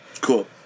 Cool